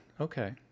okay